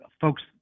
folks